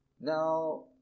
now